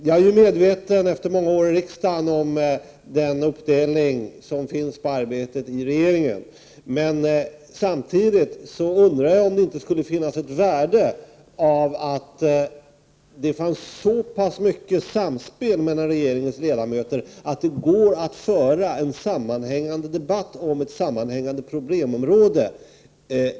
Jag är efter många år i riksdagen medveten om den uppdelning som finns av arbetet inom regeringen, men jag undrar samtidigt om det inte skulle ligga ett värde i att det fanns så pass mycket samspel mellan regeringens ledamöter att det går att med ert statsråd i kammaren föra en sammanhängande debatt om ett sammanhängande problemområde.